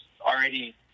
already